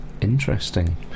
Interesting